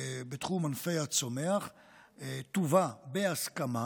בתחום ענפי הצומח תובא בהסכמה,